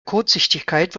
kurzsichtigkeit